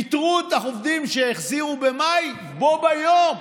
פיטרו את העובדים שהחזירו במאי בו ביום.